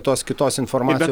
tos kitos informaci